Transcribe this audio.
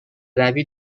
روی